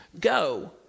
go